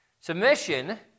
Submission